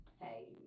hey